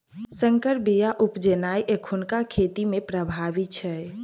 सँकर बीया उपजेनाइ एखुनका खेती मे प्रभावी छै